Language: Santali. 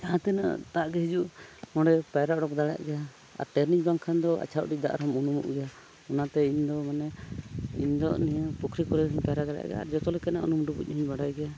ᱡᱟᱦᱟᱸ ᱛᱤᱱᱟᱹᱜ ᱫᱟᱜ ᱜᱮ ᱦᱤᱡᱩᱜ ᱱᱚᱰᱮ ᱯᱟᱭᱨᱟ ᱚᱰᱚᱠ ᱫᱟᱲᱮᱭᱟᱜ ᱜᱮᱭᱟ ᱟᱨ ᱴᱨᱮᱱᱤᱝ ᱵᱟᱝᱠᱷᱟᱱ ᱫᱚ ᱟᱪᱪᱷᱟ ᱩᱰᱤᱡ ᱫᱟᱜᱨᱮᱦᱚᱢ ᱩᱱᱩᱢᱚᱜ ᱜᱮᱭᱟ ᱚᱱᱟᱛᱮ ᱤᱧᱫᱚ ᱢᱟᱱᱮ ᱤᱧᱫᱚ ᱱᱤᱭᱟᱹ ᱯᱩᱠᱷᱨᱤ ᱠᱚᱨᱮ ᱦᱚᱧ ᱯᱟᱭᱨᱟ ᱫᱟᱲᱮᱭᱟᱜ ᱜᱮᱭᱟ ᱟᱨ ᱡᱚᱛᱚ ᱞᱮᱠᱟᱱᱟᱜ ᱩᱱᱩᱢ ᱰᱩᱵᱩᱡ ᱦᱚᱧ ᱵᱟᱰᱟᱭ ᱜᱮᱭᱟ